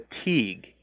fatigue